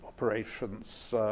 Operations